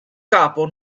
capo